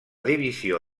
divisió